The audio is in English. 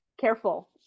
careful